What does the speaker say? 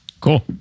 Cool